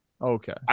Okay